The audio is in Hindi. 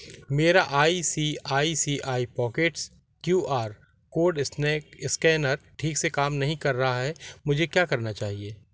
मेरा I C I C I pockets Q R code scanner ठीक से काम नहीं कर रहा है मुझे क्या करना चाहिए